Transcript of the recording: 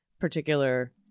particular